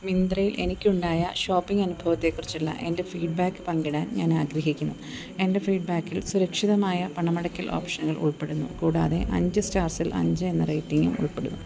മിന്ത്രയിൽ എനിക്കുണ്ടായ ഷോപ്പിംഗ് അനുഭവത്തെക്കുറിച്ചുള്ള എൻ്റെ ഫീഡ്ബാക്ക് പങ്കിടാൻ ഞാനാഗ്രഹിക്കുന്നു എൻ്റെ ഫീഡ്ബാക്കിൽ സുരക്ഷിതമായ പണമടയ്ക്കൽ ഓപ്ഷനുകൾ ഉൾപ്പെടുന്നു കൂടാതെ അഞ്ച് സ്റ്റാർസിൽ അഞ്ച് എന്ന റേറ്റിംഗും ഉൾപ്പെടുന്നു